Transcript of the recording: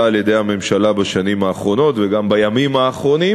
על-ידי הממשלה בשנים האחרונות וגם בימים האחרונים.